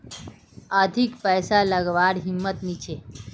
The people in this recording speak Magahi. अधिक पैसा लागवार हिम्मत नी छे